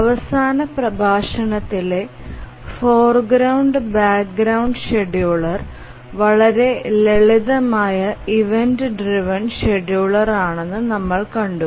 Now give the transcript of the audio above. അവസാന പ്രഭാഷണത്തിലെ foreground background scheduler വളരെ ലളിതമായ ഇവന്റ് ഡ്രൈവ്എൻ ഷെഡ്യൂളർ ആണെന് നമ്മൾ കണ്ടു